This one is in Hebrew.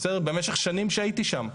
במשך שנים כשהייתי שם.